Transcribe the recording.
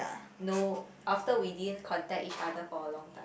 know after we didn't contact each other for a long time